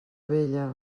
vella